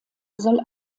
soll